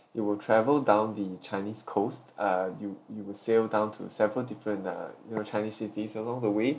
it will travel down the chinese coast uh you you will sail down to several different uh you know chinese cities along the way